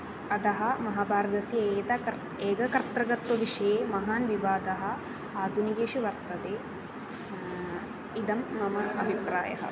अतः महाभारतस्य एताकर्त् एककर्तृकत्वविषये महान् विवादः आधुनिकेषु वर्तते इदं मम अभिप्रायः